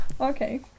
okay